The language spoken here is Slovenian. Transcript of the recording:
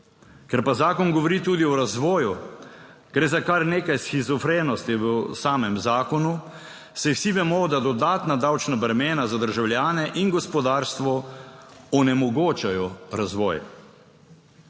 Ker pa zakon govori tudi o razvoju, gre za kar nekaj shizofrenosti v samem zakonu, saj vsi vemo, da dodatna davčna bremena za državljane in gospodarstvo onemogočajo razvoj.